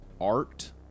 art